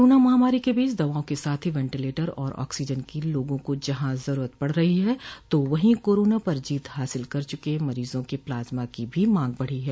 corona महामारी के बीच दवाओं के साथ ही वेंटिलेटर और ऑक्सीजन की लोगों को जहां जरूरत पड़ रही है तो वही कोरोना पर जीत हासिल कर चुके मरीजों के प्लाज्मा की भी मांग बढ़ी है